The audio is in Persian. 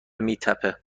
میتپه